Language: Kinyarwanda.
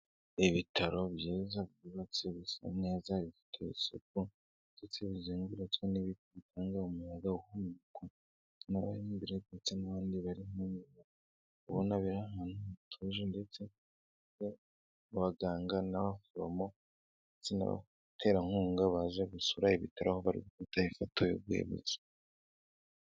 Ibitaro byiza byubatse bisa neza bifiteye isuku ndetse bizengurutswe n'ibiranga umwuga, imbere ndetse n'abandi bari kububera ahantu hatuje ndetse bamwe abaganga n'abaforomo ndetse n'abaterankunga baje gusura ibitara aho barifata ifoto y'urwibutso.